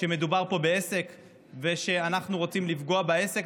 שמדובר פה בעסק ושאנחנו רוצים לפגוע בעסק,